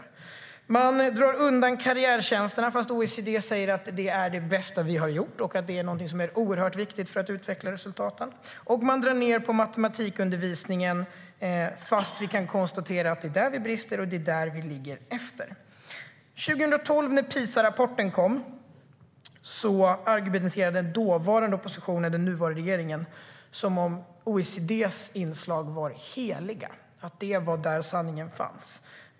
Man drar också ned på matematikundervisningen, trots att vi kan konstatera att det är där som det brister och att det är där som vi ligger efter. När PISA-rapporten kom 2012 argumenterade den dåvarande oppositionen, den nuvarande regeringen, som om OECD:s inslag var heliga och som om det var där sanningen fanns.